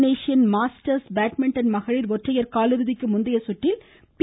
இந்தோனேஷிய masters badminton மகளிர் ஒற்றையர் காலிறுதிக்கு முந்தைய சுற்றில் பி